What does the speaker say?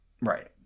Right